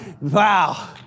Wow